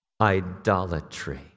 idolatry